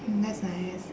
mm that's nice